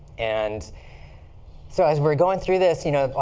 and so as we were going through this, you know,